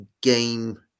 game